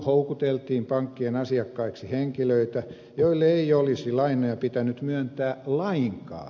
houkuteltiin pankkien asiakkaiksi henkilöitä joille ei olisi lainoja pitänyt myöntää lainkaan